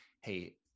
hey